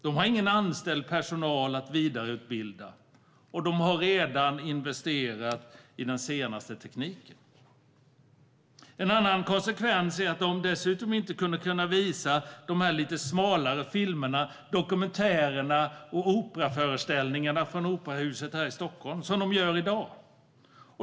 De har ingen anställd personal att vidareutbilda, och de har redan investerat i den senaste tekniken. En annan konsekvens är att de dessutom inte kommer att kunna visa de lite smalare filmerna, dokumentärerna och operaföreställningarna från Operahuset här i Stockholm som de gör i dag.